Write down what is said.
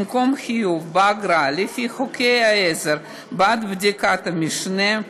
במקום חיוב באגרה לפי חוקי העזר בעד בדיקות המשנה,